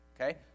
Okay